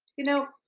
you know,